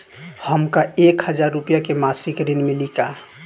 हमका एक हज़ार रूपया के मासिक ऋण मिली का?